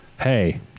Hey